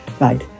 Right